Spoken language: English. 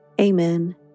Amen